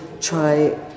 try